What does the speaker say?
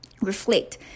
reflect